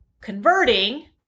converting